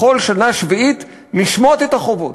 בכל שנה שביעית לשמוט את החובות.